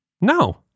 No